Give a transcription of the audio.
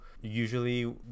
usually